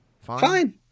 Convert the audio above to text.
fine